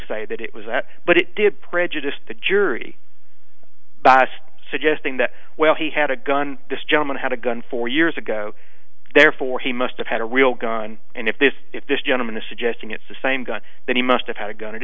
say that it was that but it did prejudice the jury by suggesting that well he had a gun this gentleman had a gun four years ago therefore he must have had a real gun and if this if this gentleman is suggesting it's the same gun that he must have had a gun